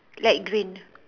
light green